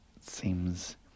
seems